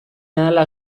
ahala